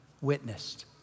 witnessed